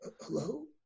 Hello